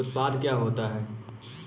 उत्पाद क्या होता है?